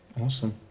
Awesome